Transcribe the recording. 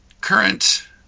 current